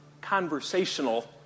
conversational